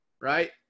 right